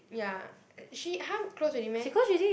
ya she !huh! close already meh